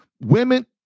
Women